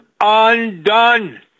undone